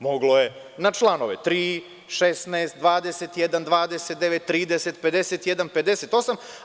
Moglo je, na članove 3, 16, 21, 29, 30, 51. i 58.